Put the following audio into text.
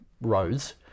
roads